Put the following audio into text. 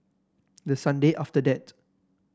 the Sunday after that